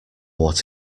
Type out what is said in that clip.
what